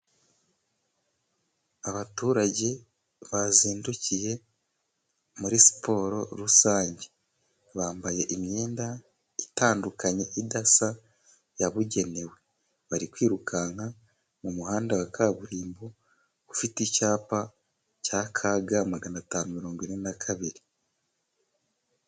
Abaturage bazindukiye muri siporo rusange. Bambaye imyenda itandukanye idasa yabugenewe. Bari kwirukanka mu muhanda wa kaburimbo, ufite icyapa cya KG magana atanu mirongo ine na kabiri.